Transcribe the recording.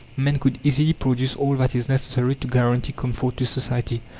man could easily produce all that is necessary to guarantee comfort to society.